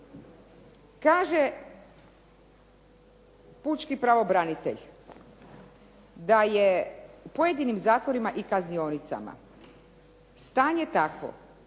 Kaže pučki pravobranitelj da je u pojedinim zatvorima i kaznionicama stanje takvo